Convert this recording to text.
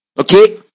Okay